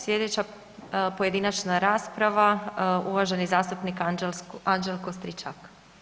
Slijedeća pojedinačna rasprava uvaženi zastupnik Anđelko Stričak.